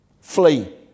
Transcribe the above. Flee